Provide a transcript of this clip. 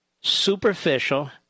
superficial